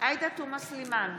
עאידה תומא סלימאן,